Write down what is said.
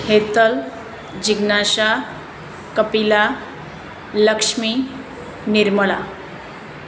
હેતલ જિજ્ઞાસા કપિલા લક્ષ્મી નિર્મળા